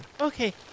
Okay